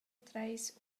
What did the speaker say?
treis